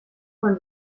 von